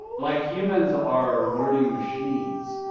like humans are learning machines.